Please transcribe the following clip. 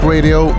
Radio